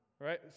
right